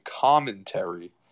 commentary